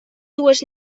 dues